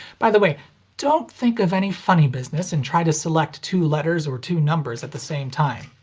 by the way don't think of any funny business and try to select two letters or two numbers at the same time.